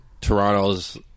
Toronto's